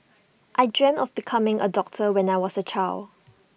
I dreamt of becoming A doctor when I was A child